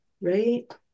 right